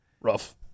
Rough